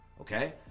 okay